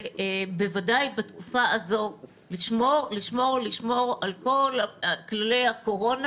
ובוודאי בתקופה הזאת לשמור על כל כללי הקורונה.